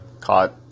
caught